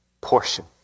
portion